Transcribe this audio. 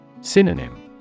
Synonym